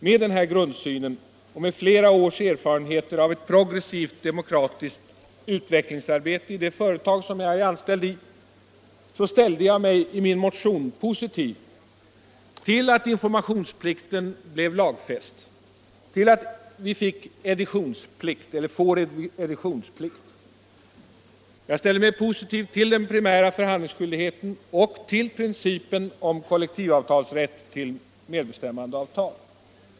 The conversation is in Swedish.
Med den här grundsynen och med flera års erfarenheter av ett progressivt demokratiskt utvecklingsarbete i det företag där jag är anställd, ställde jag mig i min motion positiv till att informationsplikten blir lagfäst och till att vi får editionsplikt. Jag ställde mig positiv till den primära förhandlingsskyldigheten och till principen om kollektivavtalsrätt till medbestämmandeavtal.